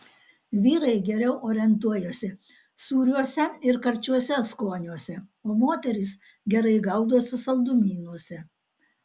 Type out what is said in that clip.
vyrai geriau orientuojasi sūriuose ir karčiuose skoniuose o moterys gerai gaudosi saldumynuose